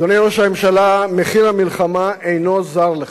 אדוני ראש הממשלה, מחיר המלחמה אינו זר לך.